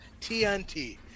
TNT